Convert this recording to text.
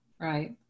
right